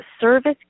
service